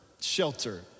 shelter